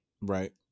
Right